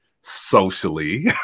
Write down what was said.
socially